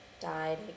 died